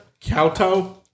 Kowtow